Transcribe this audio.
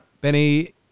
Benny